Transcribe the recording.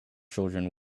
children